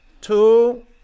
Two